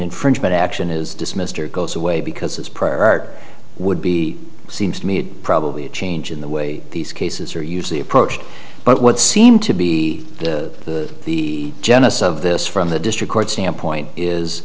infringement action is dismissed or goes away because it's prior art would be seems to me probably a change in the way these cases are usually approached but what seemed to be the genesis of this from the district court standpoint is